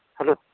hello